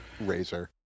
Razor